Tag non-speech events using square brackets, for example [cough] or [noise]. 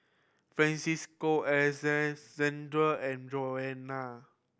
Francisca [unintelligible] and Jonna